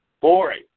boring